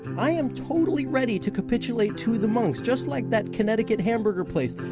i am totally ready to capitulate to the monks just like that connecticut hamburger place.